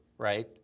Right